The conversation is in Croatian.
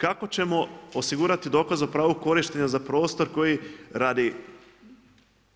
Kako ćemo osigurati dokaz o pravu korištenja za prostor koji radi